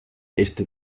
este